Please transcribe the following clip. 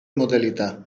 modalità